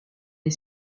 est